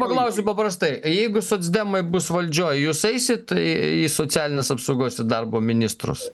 paklausiu paprastai jeigu socdemai bus valdžioj jūs eisit į socialinės apsaugos ir darbo ministrus